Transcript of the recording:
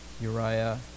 Uriah